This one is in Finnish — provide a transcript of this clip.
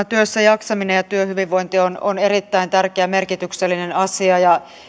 työssä jaksaminen ja työhyvinvointi on on erittäin tärkeä ja merkityksellinen asia ja